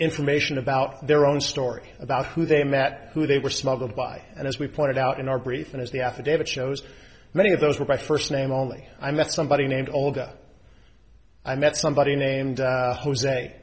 information about their own story about who they met who they were smuggled by and as we pointed out in our brief and as the affidavit shows many of those were by first name only i met somebody named olga i met somebody named jose